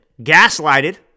gaslighted